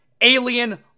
alien